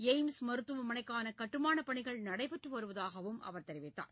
AIIMS மருத்துவமனைக்கான கட்டுமானப் பணிகள் நடைபெற்று வருவதாகவும் அவர் தெரிவித்தார்